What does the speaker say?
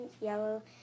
yellow